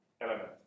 element